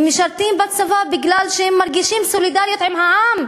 הם משרתים בצבא בגלל שהם מרגישים סולידריות עם העם.